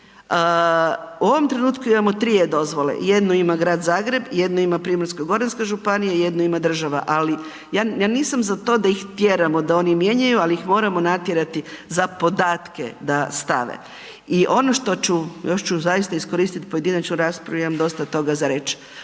U ovom trenutku imamo tri e-dozvole, jednu ima Grad Zagreb, jednu ima Primorsko-goranska županija, jednu ima država, ali ja nisam za to da ih tjeramo da oni mijenjaju, ali ih moramo natjerati za podatke da stave. I ono što ću, još ću zaista iskoristiti pojedinačnu raspravu imam dosta toga za reć',